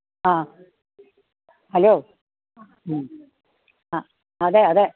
ആ ഹലോ മ് ആ അതേ അതേ